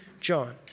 John